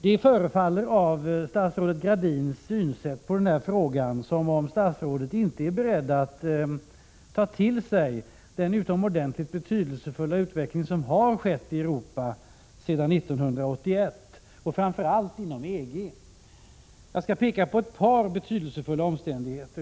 Det förefaller av statsrådet Gradins synsätt på denna fråga som om statsrådet inte är beredd att ta till sig den utomordentligt betydelsefulla utveckling som har skett i Europa sedan 1981, framför allt inom EG. Jag skall peka på ett par betydelsefulla omständigheter.